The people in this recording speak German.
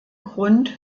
grund